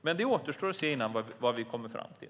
Men det återstår att se vad vi kommer fram till.